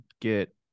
get